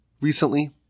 recently